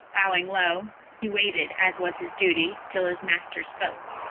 bowing low, he waited, as was his duty, till his master spoke,